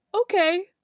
okay